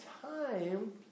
time